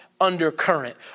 undercurrent